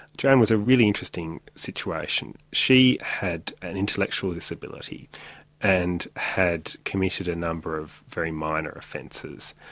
joanne was a really interesting situation. she had an intellectual disability and had committed a number of very minor offences.